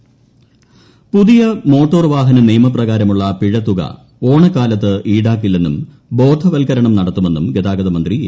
മോട്ടോർവാഹനനിയമം പുതിയ മോട്ടോർവാഹനനിയമ പ്രകാരമുള്ള പിഴത്തുക ഓണക്കാലത്ത് ഈടാക്കില്ലെന്നും ബോധവത്കരണം നടത്തുമെന്നും ഗതാഗത മന്ത്രി എ